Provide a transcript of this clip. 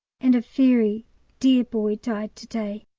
and a very dear boy died to-day.